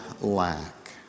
lack